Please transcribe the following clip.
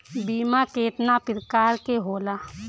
बीमा केतना प्रकार के होला?